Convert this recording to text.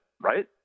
right